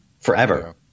forever